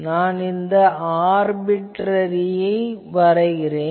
நான் இந்த ஆர்பிட்ரரியை வரைகிறேன்